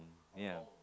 ya